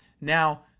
Now